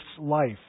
life